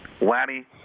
Lanny